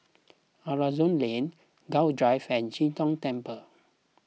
Aroozoo Lane Gul Drive and Chee Tong Temple